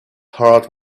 heart